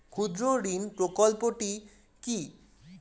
ক্ষুদ্রঋণ প্রকল্পটি কি?